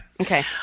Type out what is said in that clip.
Okay